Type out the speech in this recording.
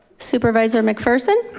supervisor mcpherson.